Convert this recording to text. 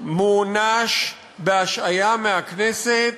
מוענש בהשעיה מהכנסת,